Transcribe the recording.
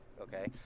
okay